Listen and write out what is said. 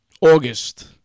August